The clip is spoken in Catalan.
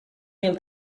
mil